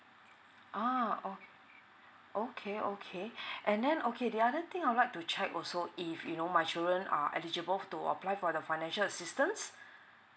uh oh okay okay and then okay the other thing I would like to check also if you know my children are eligible to apply for the financial assistance